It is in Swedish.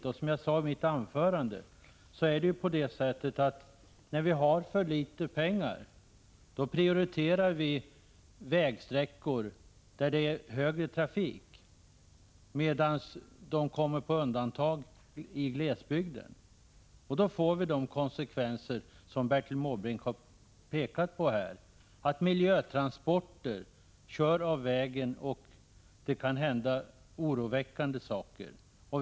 Som jag sade i mitt tidigare inlägg prioriterar vi vägsträckor med mycket trafik, medan glesbygden kommer på undantag när vi har för litet pengar. Då får man de konsekvenser som Bertil Måbrink har pekat på, nämligen att kemikalietransporter kör av vägen och att även andra oroväckande saker kan ske.